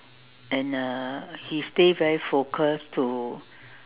and uh he stay very focused to